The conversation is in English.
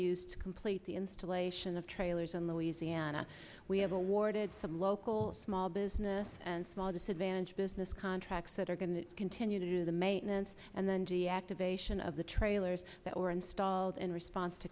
used to complete the installation of trailers and louisiana we have awarded some local small business and small disadvantaged business contracts that are going to continue to do the maintenance and then deactivation of the trailers that were installed in response to